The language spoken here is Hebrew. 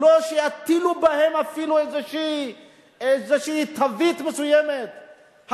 בלי שיטילו בהם אפילו איזושהי תווית מסוימת,